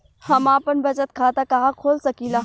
हम आपन बचत खाता कहा खोल सकीला?